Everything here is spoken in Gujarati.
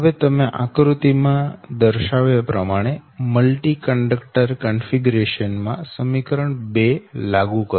હવે તમે આકૃતિ માં દર્શાવ્યા પ્રમાણે મલ્ટી કંડક્ટર કન્ફિગરેશન માં સમીકરણ 2 લાગુ કરો